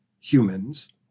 humans